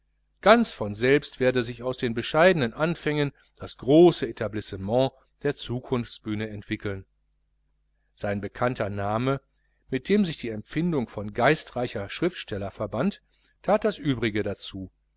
ganz von selbst werde sich aus bescheidenen anfängen das große etablissement der zukunftsbühne entwickeln sein bekannter name mit dem sich die empfindung von geistreicher schriftsteller verband that das übrige dazu